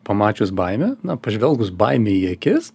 pamačius baimę pažvelgus baimei į akis